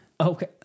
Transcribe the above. Okay